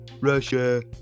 Russia